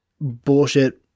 bullshit